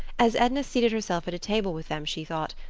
as edna seated herself at table with them she thought,